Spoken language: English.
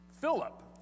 Philip